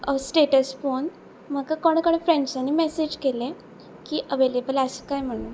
status पळोवन म्हाका कोणे कोणे फ्रेंड्सांनी मॅसेज केलें की अवेलेबल आसा काय म्हणून